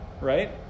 right